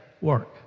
work